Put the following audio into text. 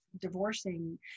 divorcing